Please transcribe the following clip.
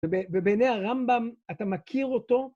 ‫ובעיני הרמב״ם אתה מכיר אותו